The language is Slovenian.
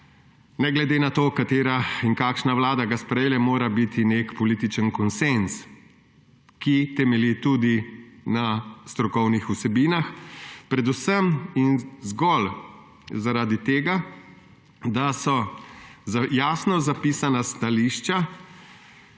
ne glede na to, katera in kakšna vlada ga sprejeme, mora biti neki politični konsenz, ki temelji tudi na strokovnih vsebinah. Predvsem in zgolj zaradi tega, da so jasno zapisana stališča,